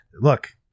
Look